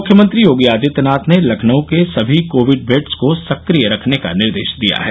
मुख्यमंत्री योगी आदित्यनाथ ने लखनऊ के सभी कोविड बेड़स को सक्रिय रखने का निर्देश दिया है